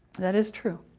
that is true!